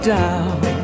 down